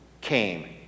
came